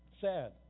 Sad